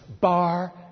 bar